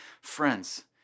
Friends